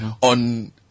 on